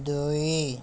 ଦୁଇ